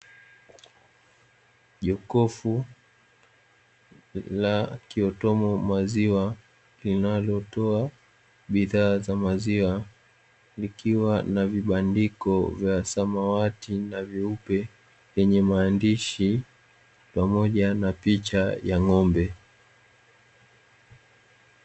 Jokofu la kiotomo maziwa, linalotoa bidhaa za maziwa, likiwa na vibandiko vya samawati na nyeupe, vyenye maandishi pamoja na picha ya ng'ombe.